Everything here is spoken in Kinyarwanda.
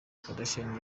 kardashian